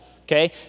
okay